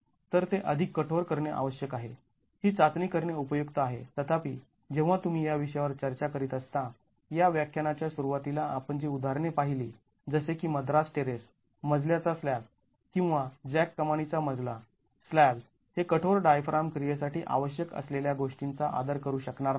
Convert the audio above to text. तर ते अधिक कठोर करणे आवश्यक आहे ही चाचणी करणे उपयुक्त आहे तथापि जेव्हा तुम्ही या विषयावर चर्चा करीत असता या व्याख्यानाच्या सुरुवातीला आपण जी उदाहरणे पाहिली जसे की मद्रास टेरेस मजल्याचा स्लॅब किंवा जॅक कमानी चा मजला स्लॅब्ज् हे कठोर डायफ्राम क्रियेसाठी आवश्यक असलेल्या गोष्टींचा आदर करू शकणार नाही